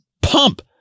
pump